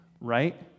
right